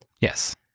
Yes